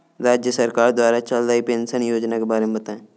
राज्य सरकार द्वारा चल रही पेंशन योजना के बारे में बताएँ?